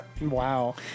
Wow